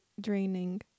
draining